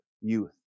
youth